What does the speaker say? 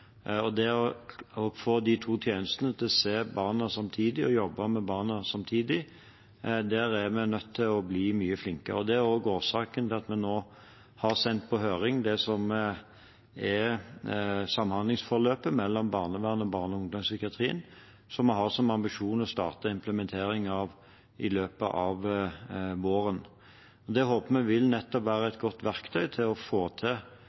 å bli mye flinkere til å få de to tjenestene til å se barna samtidig og jobbe med barna samtidig. Det er også årsaken til at vi nå har sendt på høring samhandlingsforløpet mellom barnevernet og barne- og ungdomspsykiatrien, som vi har som ambisjon å starte implementeringen av i løpet av våren. Det håper vi nettopp vil være et godt verktøy for å få til